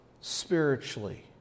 spiritually